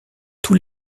tous